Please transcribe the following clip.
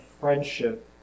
friendship